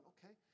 Okay